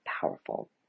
powerful